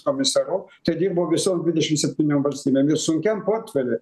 komisaru tai dirbau visom dvidešim septyniom valstybėm ir sunkiam portfely